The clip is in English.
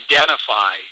identify